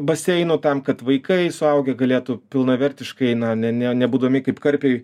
baseinų tam kad vaikai suaugę galėtų pilnavertiškai na ne ne nebūdami kaip karpiai